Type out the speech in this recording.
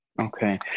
Okay